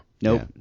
Nope